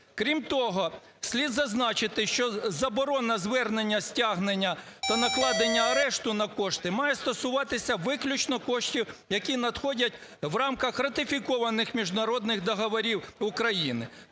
Крім того, слід зазначити, що заборона звернення, стягнення та накладення арешту на кошти має стосуватися виключно коштів, які надходять в рамках ратифікованих міжнародних договорів України.